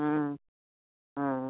অঁ অঁ